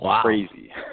crazy